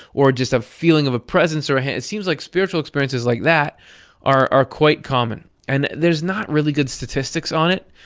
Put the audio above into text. or just a feeling of a presence, or a hand. it seems like spiritual experiences like that are are quite common. and, there's not really good statistics on it,